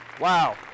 Wow